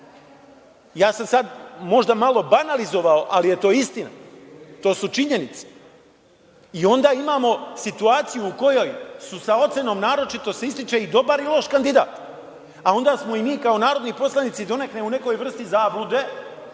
sam sada možda malo banalizovao ali je to istina. To su činjenice i onda imamo situaciju u kojoj su sa ocenom – naročito se ističe i dobar i loš kandidat, a onda smo i mi kao narodni poslanici donekle u nekoj vrsti zablude,